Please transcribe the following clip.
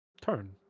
turn